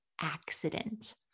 accident